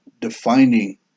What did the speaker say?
defining